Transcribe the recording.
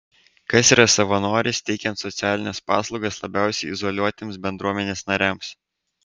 kas yra savanoris teikiant socialines paslaugas labiausiai izoliuotiems bendruomenės nariams